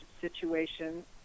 situations